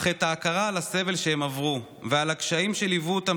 אך את ההכרה בסבל שהם עברו ובקשיים שליוו אותם